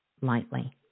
lightly